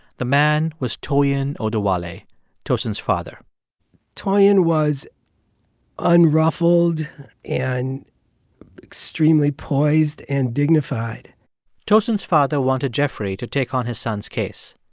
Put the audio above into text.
the man was toyin oduwole, tosin's father toyin was unruffled and extremely poised and dignified tosin's father wanted jeffrey to take on his son's case.